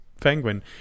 penguin